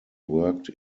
worked